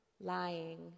lying